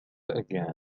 again